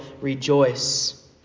rejoice